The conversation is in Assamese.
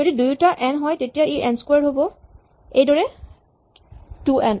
যদি দুয়োটাই এন হয় তেতিয়া ই এন ক্সোৱাৰড হ'ব এইদৰে টু এন